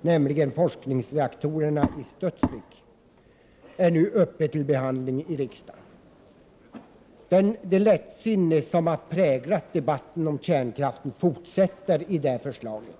nämligen forskningsreaktorerna vid Studsvik, är nu uppe till behandling i riksdagen. Det lättsinne som har präglat debatten om kärnkraften fortsätter i det här förslaget.